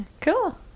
Cool